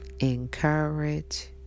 Encourage